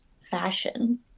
fashion